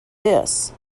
this